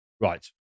Right